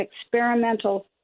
experimental